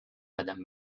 madame